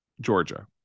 Georgia